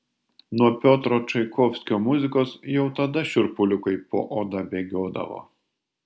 nuo piotro čaikovskio muzikos jau tada šiurpuliukai po oda bėgiodavo